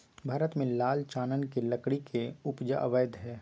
भारत में लाल चानन के लकड़ी के उपजा अवैध हइ